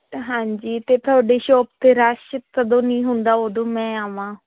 ਹਾਂਜੀ ਅਤੇ ਤੁਹਾਡੀ ਸ਼ੋਪ 'ਤੇ ਰਸ਼ ਕਦੋਂ ਨਹੀਂ ਹੁੰਦਾ ਉਦੋਂ ਮੈਂ ਆਵਾਂ